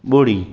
ॿुड़ी